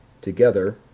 together